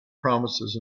promises